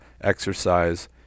exercise